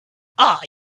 are